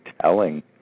telling